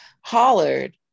hollered